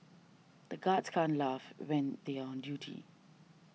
the guards can't laugh when they are on duty